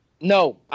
No